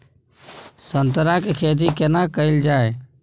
संतरा के खेती केना कैल जाय?